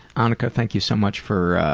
anneke, ah thank you so much for